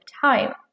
time